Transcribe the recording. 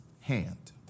hand